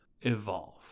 evolve